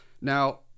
Now